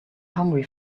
hungry